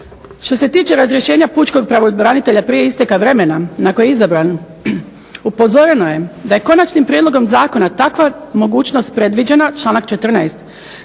Što se tiče razrješenja pučkog pravobranitelja prije isteka vremena na koji je izabran upozoreno je da je konačnim prijedlogom zakona takva mogućnost predviđena članak 14.